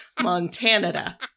Montana